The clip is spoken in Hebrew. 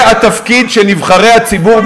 זה התפקיד של נבחרי הציבור,